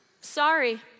sorry